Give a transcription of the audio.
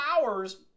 hours